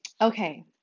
Okay